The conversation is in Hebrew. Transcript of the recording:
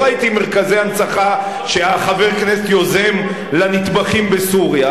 לא ראיתי מרכזי הנצחה שחבר הכנסת יוזם לנטבחים בסוריה,